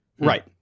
right